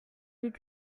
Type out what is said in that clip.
est